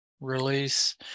release